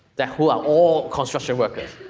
the whole, ah all construction workers.